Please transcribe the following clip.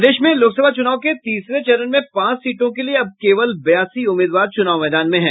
प्रदेश में लोकसभा चुनाव के तीसरे चरण में पांच सीटों के लिए अब केवल बेयासी उम्मीदवार चुनाव मैदान में हैं